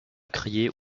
crier